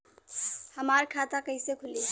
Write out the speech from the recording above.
हमार खाता कईसे खुली?